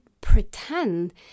Pretend